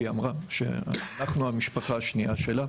היא אמרה שאנחנו המשפחה השנייה שלה.